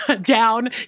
down